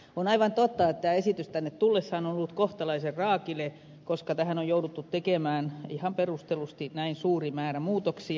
on aivan totta että esitys tänne tullessaan on ollut kohtalaisen raakile koska tähän on jouduttu tekemään ihan perustellusti näin suuri määrä muutoksia